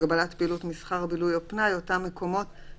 בתוספת